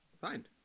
Fine